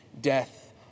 death